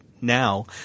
now